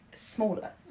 smaller